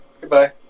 goodbye